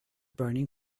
burning